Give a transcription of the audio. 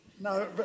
No